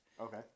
Okay